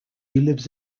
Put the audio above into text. lives